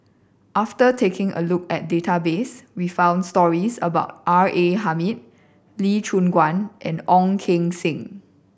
after taking a look at database we found stories about R A Hamid Lee Choon Guan and Ong Keng Sen